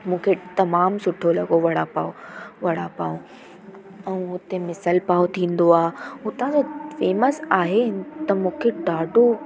मूंखे तमामु सुठो लॻो वड़ा पाओ वड़ा पाओ ऐं हुते मिसल पाओ थींदो आहे हुतां जो फेमस आहे त मूंखे ॾाढो